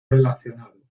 relacionado